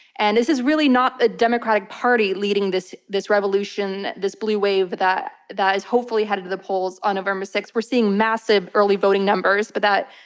and this is really not the ah democratic party leading this this revolution, this blue wave that that is hopefully headed to the polls on november sixth. we're seeing massive early voting numbers, but that,